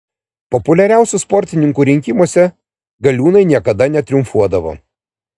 populiariausių sportininkų rinkimuose galiūnai niekada netriumfuodavo